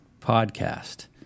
podcast